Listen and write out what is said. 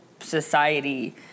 society